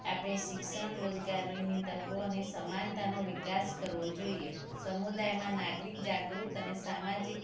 આપણે શિક્ષણ રોજગારીની તકો અને સમાનતાનો વિકાસ કરવો જોઈએ સમુદાયમાં નાગરિક જાગૃત અને સામાજિક